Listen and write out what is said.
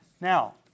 Now